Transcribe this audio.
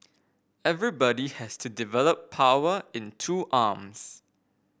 everybody has to develop power in two arms